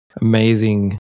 amazing